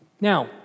Now